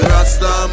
Rasta